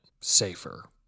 safer